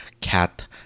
cat